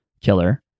killer